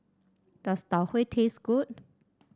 does Tau Huay taste good